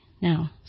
Now